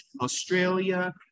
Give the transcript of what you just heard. Australia